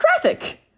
traffic